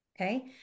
Okay